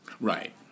Right